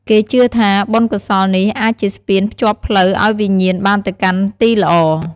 គេជឿថា បុណ្យកុសលនេះអាចជាស្ពានភ្ជាប់ផ្លូវឱ្យវិញ្ញាណបានទៅកាន់ទីល្អ។